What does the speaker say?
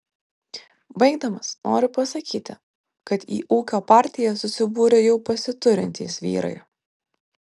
baigdamas noriu pasakyti kad į ūkio partiją susibūrė jau pasiturintys vyrai